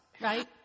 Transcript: right